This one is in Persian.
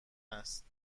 است